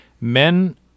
men –